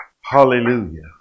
Hallelujah